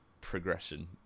progression